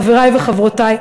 חברי וחברותי,